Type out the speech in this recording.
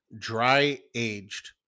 dry-aged